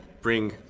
bring